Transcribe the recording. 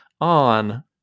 on